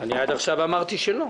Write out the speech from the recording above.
שנופל בקו תשתית של רכבת ישראל.